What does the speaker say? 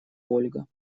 ольга